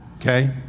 Okay